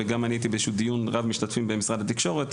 וגם אני הייתי באיזה שהוא דיון רב משתתפים במשרד התקשורת,